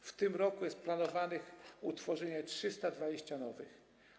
W tym roku jest planowane utworzenie 320 nowych.